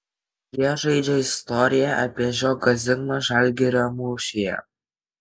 jie žaidžia istoriją apie žiogą zigmą žalgirio mūšyje